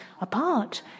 apart